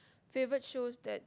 favourite shows that